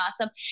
awesome